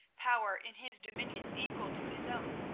power in his dominions equal to his own,